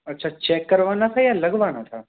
अच्छा चेक करवाना था या लगवाना था